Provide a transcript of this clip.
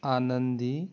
आनंदी